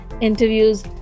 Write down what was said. interviews